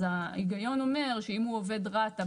אז ההיגיון אומר שאם הוא עובד רת"א,